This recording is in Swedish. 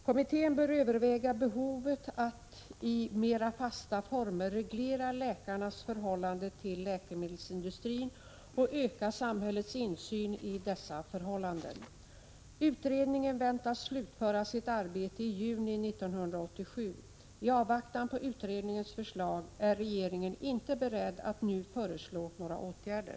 Kommittén bör överväga behovet att i mera fasta former reglera läkarnas förhållande till läkemedelsindustrin och öka samhällets insyn i dessa förhållanden.” Utredningen väntas slutföra sitt arbete i juni 1987. I avvaktan på utredningens förslag är regeringen inte beredd att nu föreslå några åtgärder.